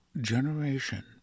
generation